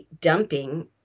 dumping